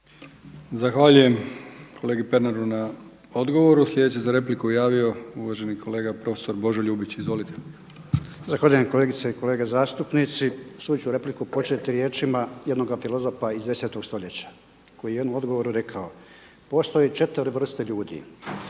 Zahvaljujem kolegi Pernaru na odgovoru. Sljedeći za repliku se javio uvaženi kolega prof. Božo Ljubić. Izvolite. **Ljubić, Božo (HDZ)** Zahvaljujem kolegice i kolege zastupnici. Svoju ću repliku početi riječima jednoga filozofa iz 10. stoljeća koji je u jednom odgovoru rekao: „Postoje četvoro vrste ljudi.